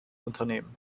unternehmen